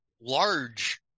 large